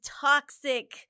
toxic